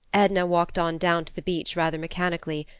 edna walked on down to the beach rather mechanically,